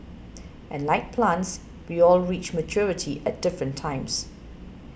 and like plants we all reach maturity at different times